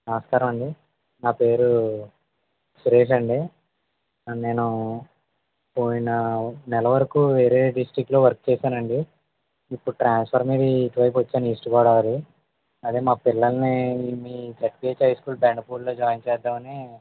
నమస్కారమండి నా పేరు సురేష్ అండి నేను పోయిన నెల వరకు వేరే డిస్ట్రిక్ట్లో వర్క్ చేశానండి ఇప్పుడు ట్రాన్స్ఫర్ మీద ఇటువైపుకి వచ్చాను ఈస్ట్ గోదావరి అదే మా పిల్లల్ని మీ జెడ్పిహెచ్ హై స్కూల్ బెండపూడిలో జాయిన్ చేద్దామని